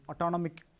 autonomic